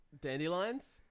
Dandelions